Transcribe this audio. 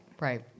Right